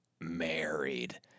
married